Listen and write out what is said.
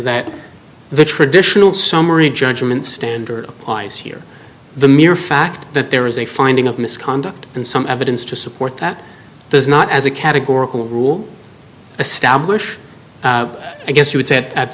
that the traditional summary judgment standard applies here the mere fact that there is a finding of misconduct in some evidence to support that does not as a categorical rule establish i guess you would say